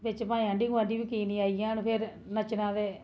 बिच्च भमें आंडी गुआंढी बी की नेई आई जाह्न फिर् नच्चना ते